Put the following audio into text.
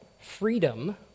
freedom